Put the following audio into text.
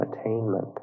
attainment